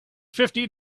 fifty